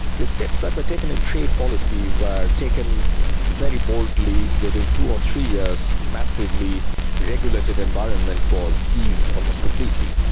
the steps that were taken in trade policy were taken very boldly within two or three years, a massively regulated environment was eased almost completely.